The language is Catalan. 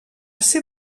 ser